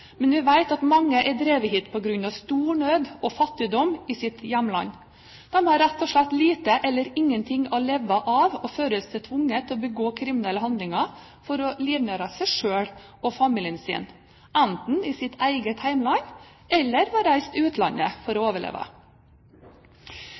stor nød og fattigdom i sitt hjemland. De har rett og slett lite eller ingenting å leve av, og føler seg tvunget til å begå kriminelle handlinger for å livnære seg selv og familien sin, enten i sitt eget hjemland eller ved å reise til utlandet, for å